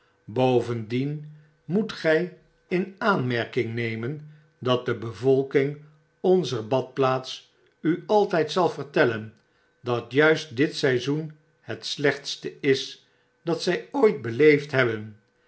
bovendien moet gy in aanmerking nemen dat de bevolking onzer badplaats u altyd zal vertellen dat juist dit seizoen het slechtste is dat zij ooit beleefd hebben